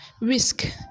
risk